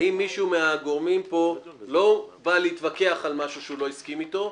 האם מישהו מהגורמים פה לא בא להתווכח על משהו שהוא לא הסכים אתו,